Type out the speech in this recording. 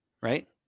right